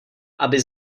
aby